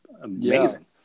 amazing